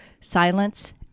silence